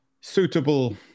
suitable